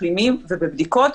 מחלימים ובבדיקות,